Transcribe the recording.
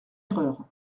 erreur